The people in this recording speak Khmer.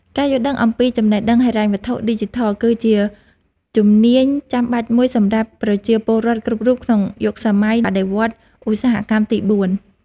ការយល់ដឹងអំពីចំណេះដឹងហិរញ្ញវត្ថុឌីជីថល គឺជាជំនាញចាំបាច់មួយសម្រាប់ប្រជាពលរដ្ឋគ្រប់រូបក្នុងយុគសម័យបដិវត្តឧស្សាហកម្មទីបួន។